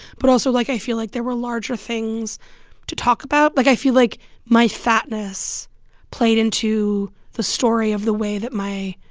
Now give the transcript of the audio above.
but also, like, i feel like there were larger things to talk about. like, i feel like my fatness played into the story of the way that my